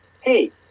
hey